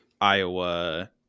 Iowa